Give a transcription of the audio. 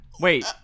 Wait